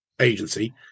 agency